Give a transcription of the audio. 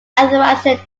anthracite